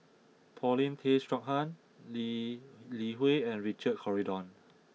Paulin Tay Straughan Lee Li Hui and Richard Corridon